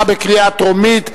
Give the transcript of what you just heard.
התש"ע 2010,